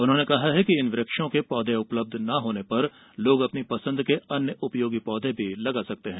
उन्होंने कहा है कि इन वृक्षों के पौधे उपलब्ध न होने पर लोग अपनी पसंद के अन्य उपयोगी पौधे भी लगा सकते हैं